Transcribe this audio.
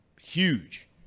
huge